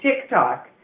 TikTok